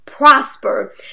Prosper